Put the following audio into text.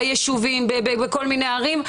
ביישובים ובכל מיני ערים,